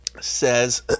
says